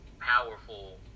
powerful